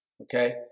Okay